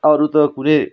अरू त कुनै